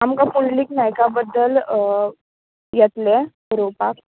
आमकां पुंडलीक नायका बद्दल येतलें बरोवपाक